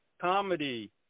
comedy